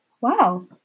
Wow